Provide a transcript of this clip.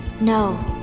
No